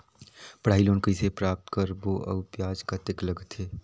पढ़ाई लोन कइसे प्राप्त करबो अउ ब्याज कतेक लगथे?